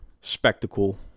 spectacle